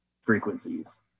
frequencies